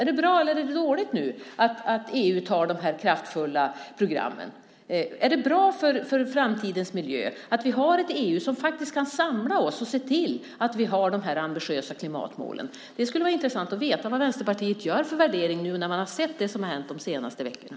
Är det bra eller dåligt att EU nu startar dessa kraftfulla program? Är det bra för framtidens miljö att vi har ett EU som faktiskt kan samla oss och se till att vi har de här ambitiösa klimatmålen? Det skulle vara intressant att veta vad Vänsterpartiet gör för värdering nu när man har sett det som har hänt de senaste veckorna.